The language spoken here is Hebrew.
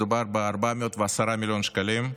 מדובר ב-410 מיליון שקלים,